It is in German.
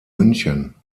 münchen